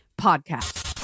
Podcast